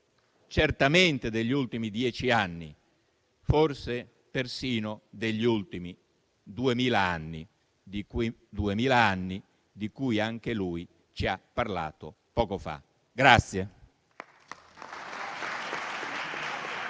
certamente degli ultimi dieci anni, ma forse persino degli ultimi duemila anni, di cui anche lui ci ha parlato poco fa.